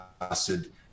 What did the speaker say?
acid